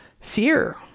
fear